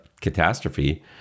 catastrophe